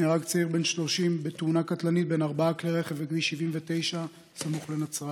נהרג צעיר בן 30 בתאונה קטלנית בין ארבעה כלי רכב בכביש 79 סמוך לנצרת.